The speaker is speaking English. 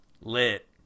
lit